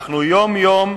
אנחנו יום-יום,